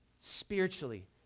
spiritually